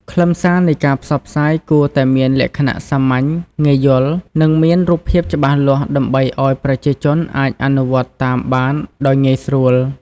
ខ្លឹមសារនៃការផ្សព្វផ្សាយគួរតែមានលក្ខណៈសាមញ្ញ ងាយយល់ និងមានរូបភាពច្បាស់លាស់ដើម្បីឲ្យប្រជាជនអាចអនុវត្តតាមបានដោយងាយស្រួល។